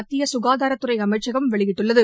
மத்திய சுனதாரத்துறை அமைச்சகம் வெளியிட்டுள்ளது